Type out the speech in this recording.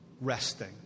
resting